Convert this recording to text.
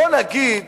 בואו נגיד